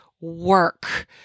work